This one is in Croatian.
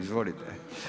Izvolite.